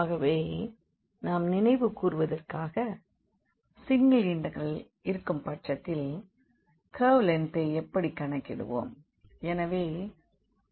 ஆகவே நாம் நினைவு கூறுவதற்காக சிங்கிள் இண்டெக்ரல் இருக்கும் பட்சத்தில் கர்வ் லெங்க்தை எப்படி கணக்கிடுவோம்